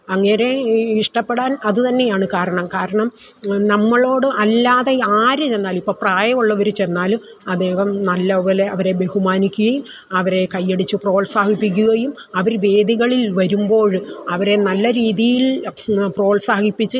അങ്ങേരേ ഇഷ്ടപ്പെടാൻ അതുതന്നെയാണ് കാരണം കാരണം നമ്മളോട് അല്ലാതെ ആരു ചെന്നാലും ഇപ്പം പ്രായമുള്ളവർ ചെന്നാലും അദ്ദേഹം നല്ലപോലെ അവരെ ബഹുമാനിക്കുകയും അവരെ കയ്യടിച്ച് പ്രോത്സാഹിപ്പിക്കുകയും അവർ വേദികളിൽ വരുമ്പോൾ അവരെ നല്ല രീതിയിൽ പ്രോത്സാഹിപ്പിച്ച്